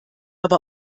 aber